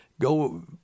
go